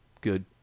Good